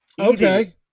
Okay